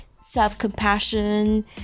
self-compassion